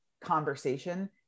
conversation